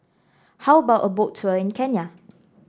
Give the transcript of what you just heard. how about a Boat Tour in Kenya